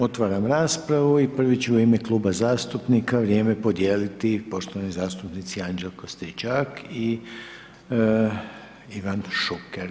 Otvaram raspravu i prvi će u ime kluba zastupnika vrijeme podijeliti poštovani zastupnici Anđelko Stričak i Ivan Šuker.